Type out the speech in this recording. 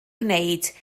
gwneud